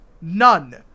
None